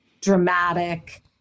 dramatic